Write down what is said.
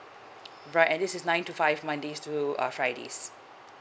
right and this is nine to five mondays to uh fridays